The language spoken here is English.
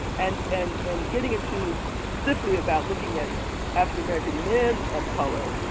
and and and getting into, specifically about looking at african-american men of color,